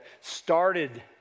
started